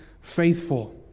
faithful